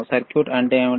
circuit అంటే ఏమిటి